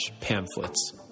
pamphlets